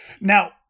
Now